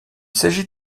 s’agit